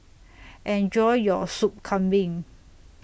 Enjoy your Sop Kambing